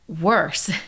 worse